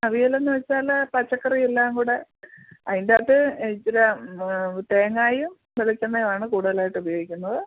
അവിയലെന്ന് വെച്ചാൽ പച്ചക്കറി എല്ലാം കൂടെ അതിൻ്റെകത്ത് ഇച്ചിരി തേങ്ങായും വെളിച്ചെണ്ണയും ആണ് കൂടുതലായിട്ട് ഉപയോഗിക്കുന്നത്